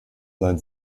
sein